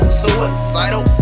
suicidal